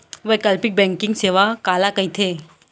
वैकल्पिक बैंकिंग सेवा काला कहिथे?